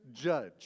judge